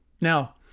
Now